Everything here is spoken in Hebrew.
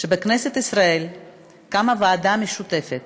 שבכנסת ישראל קמה ועדה משותפת